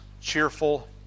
cheerful